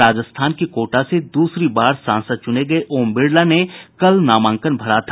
राजस्थान के कोटा से द्रसरी बार सांसद चुने गए ओम बिड़ला ने कल नामांकन भरा था